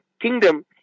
kingdom